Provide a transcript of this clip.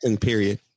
period